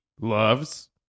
loves